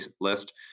list